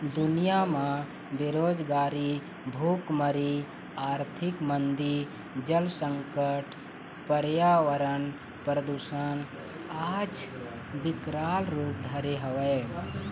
दुनिया म बेरोजगारी, भुखमरी, आरथिक मंदी, जल संकट, परयावरन परदूसन आज बिकराल रुप धरे हवय